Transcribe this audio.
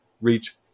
reach